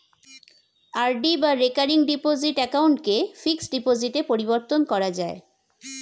RD বা recurring deposit অ্যাকাউন্টকে fixed ডিপোজিটে পরিবর্তন করা যায়